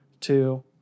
two